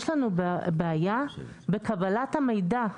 יש לנו בעיה בקבלת המידע.